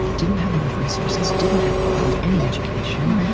didn't have enough resources, didn't have, probably, any education.